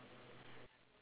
ya